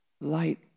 light